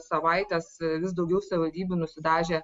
savaites vis daugiau savivaldybių nusidažė